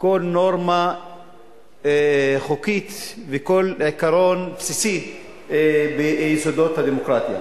כל נורמה חוקית וכל עיקרון בסיסי ביסודות הדמוקרטיה.